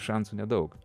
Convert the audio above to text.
šansų nedaug